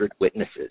witnesses